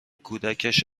کودکش